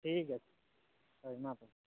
ᱴᱷᱤᱠ ᱟᱪᱷᱮ ᱦᱳᱭ ᱢᱟ ᱛᱚᱵᱮ